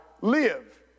live